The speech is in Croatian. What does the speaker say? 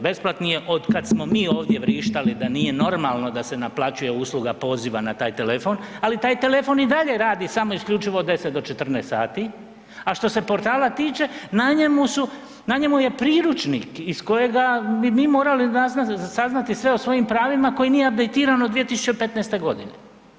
Besplatni je od kada smo mi ovdje vrištali da nije normalno da se naplaćuje usluga poziva na taj telefon, ali taj telefon i dalje radi samo isključivo od 10 do 14 sati, a što se portala tiče, na njemu je priručnik iz kojega bi mi morali saznati sve o svojim pravima koji nije apdejtirano od 2015.godine.